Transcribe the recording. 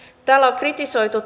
täällä on kritisoitu